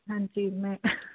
ਹਾਂਜੀ ਮੈਂ